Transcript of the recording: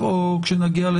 תודה רבה.